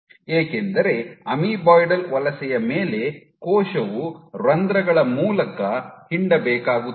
ಏಕೆಂದರೆ ಅಮೀಬಾಯ್ಡಲ್ ವಲಸೆಯ ಮೇಲೆ ಕೋಶವು ರಂಧ್ರಗಳ ಮೂಲಕ ಹಿಂಡಬೇಕಾಗುತ್ತದೆ